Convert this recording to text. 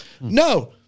No